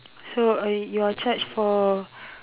so uh you are charged for